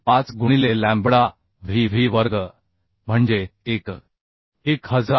35 गुणिले lambda V V वर्ग म्हणजे 1